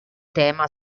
tema